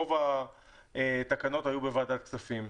רוב התקנות היו בוועדת הכספים.